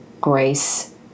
grace